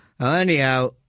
Anyhow